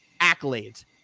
Accolades